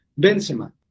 Benzema